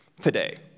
Today